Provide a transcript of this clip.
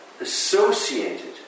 associated